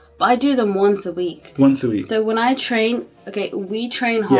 but i do them once a week once a week so when i train, okay we train hard.